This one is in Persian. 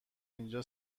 اینجا